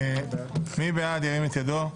מי בעד, ירים את ידו.